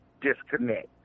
disconnect